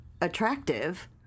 attractive